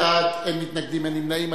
אין מתנגדים ואין נמנעים.